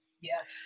Yes